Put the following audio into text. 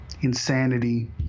insanity